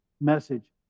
message